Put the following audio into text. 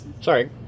Sorry